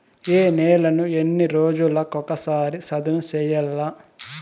ఏ నేలను ఎన్ని రోజులకొక సారి సదును చేయల్ల?